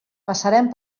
passarem